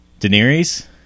Daenerys